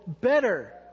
better